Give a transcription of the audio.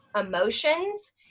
emotions